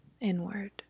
inward